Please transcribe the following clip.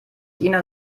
ina